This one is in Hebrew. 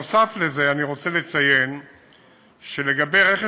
נוסף על זה אני רוצה לציין שלגבי רכש